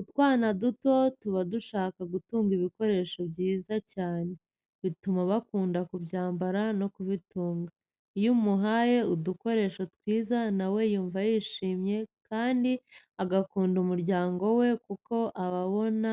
Utwana duto tuba dushaka gutunga ibikoresho byiza cyane, bituma bakunda kubyambara no kubitunga. Iyo umuhaye udukoresho twiza nawe yumva yishimye kandi agakunda umuryango we kuko aba abona